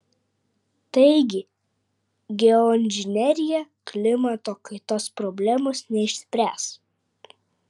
taigi geoinžinerija klimato kaitos problemos neišspręs